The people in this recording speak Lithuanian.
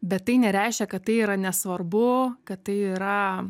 bet tai nereiškia kad tai yra nesvarbu kad tai yra